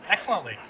excellently